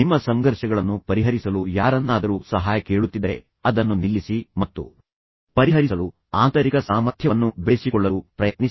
ನಿಮ್ಮ ಸಂಘರ್ಷಗಳನ್ನು ಪರಿಹರಿಸಲು ಸಹಾಯ ಪಡೆಯಲು ನೀವು ಯಾವಾಗಲೂ ಯಾರನ್ನಾದರೂ ಸಹಾಯ ಕೇಳುತ್ತಿದ್ದರೆ ಅದನ್ನು ನಿಲ್ಲಿಸಿ ಮತ್ತು ನಂತರ ಸಂಘರ್ಷಗಳನ್ನು ಪರಿಹರಿಸುವ ಆಂತರಿಕ ಸಾಮರ್ಥ್ಯವನ್ನು ನಿಮ್ಮಲ್ಲಿ ಬೆಳೆಸಿಕೊಳ್ಳಲು ಪ್ರಯತ್ನಿಸಿ